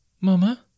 Mama